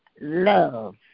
love